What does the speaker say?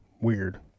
weird